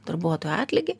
darbuotojų atlygį